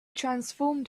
transformed